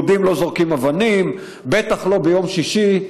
יהודים לא זורקים אבנים, בטח לא ביום שישי.